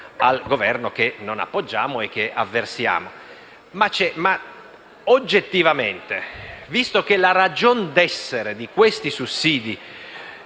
al Governo che non appoggiamo e che avversiamo. Oggettivamente, però, la ragione d'essere di questi sussidi